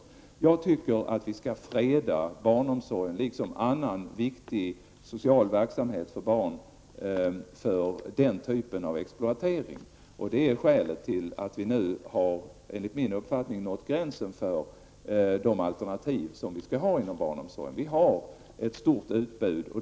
Men jag tycker att vi skall freda barnomsorgen, liksom annan viktig social verksamhet avsedd för barn, mot den typen av exploatering. Det är skälet till att vi nu, enligt min uppfattning, har nått gränsen vad gäller de alternativ som skall finnas inom barnomsorgen. Det finns alltså ett stort utbud.